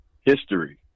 history